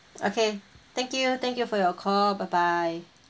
okay thank you thank you for your call bye bye